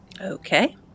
Okay